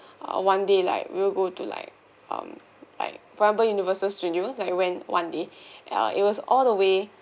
ah one day like we will go to like um like for example universal studios like went one day uh it was all the way